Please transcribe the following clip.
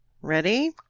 Ready